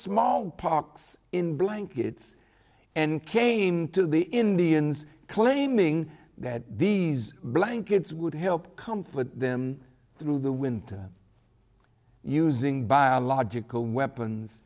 smallpox in blankets and came to the indians claiming that these blankets would help comfort them through the winter using biological weapons